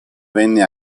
venne